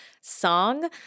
song